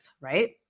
right